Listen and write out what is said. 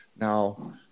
now